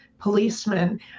policemen